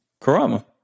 Karama